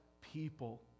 people